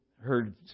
heard